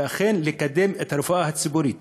ואכן לקדם את הרפואה הציבורית.